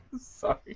Sorry